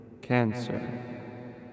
Cancer